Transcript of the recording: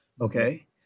Okay